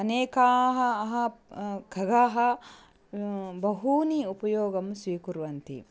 अनेकाः अह खगाः बहूनि उपयोगं स्वीकुर्वन्ति